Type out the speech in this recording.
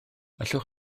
allwch